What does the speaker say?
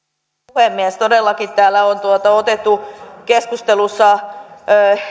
puhemies todellakin täällä on otettu keskustelussa